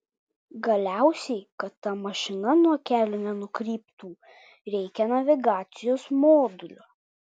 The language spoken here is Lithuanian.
galiausiai kad ta mašina nuo kelio nenukryptų reikia navigacijos modulio